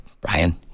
Brian